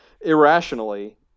irrationally